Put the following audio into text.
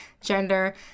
gender